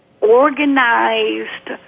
organized